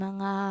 Mga